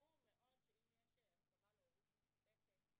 ברור מאוד שאם יש הסכמה על הורות משותפת,